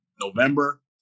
November